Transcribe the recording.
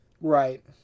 Right